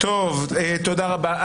תודה רבה.